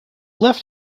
left